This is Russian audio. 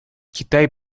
китай